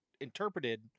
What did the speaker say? interpreted